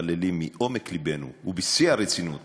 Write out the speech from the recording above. מתפללים מעומק לבנו ובשיא הרצינות